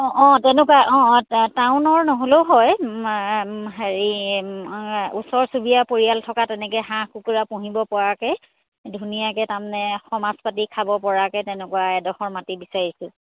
অঁ অঁ তেনেকুৱা অঁ অঁ টা টাউনৰ নহ'লেও হয় হেৰি ওচৰ চুবুৰীয়া পৰিয়াল থকা তেনেকৈ হাঁহ কুকুৰা পুহিব পৰাকৈ ধুনীয়াকৈ তাৰমানে সমাজ পাতি খাব পৰাকৈ তেনেকুৱা এডোখৰ মাটি বিচাৰিছোঁ